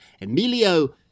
Emilio